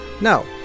no